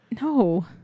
No